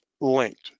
linked